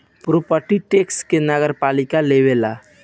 property tax के नगरपालिका लेवेला